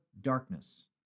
darkness